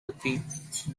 defeat